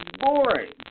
boring